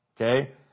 Okay